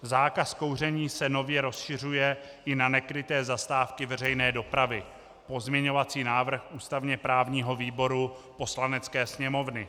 Zákaz kouření se nově rozšiřuje i na nekryté zastávky veřejné dopravy pozměňovací návrh ústavněprávního výboru Poslanecké sněmovny.